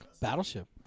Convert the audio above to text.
battleship